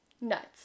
nuts